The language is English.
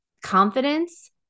confidence